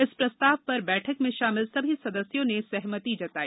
इस प्रस्ताव पर बैठक में शामिल सभी सदस्यों ने सहमति जताई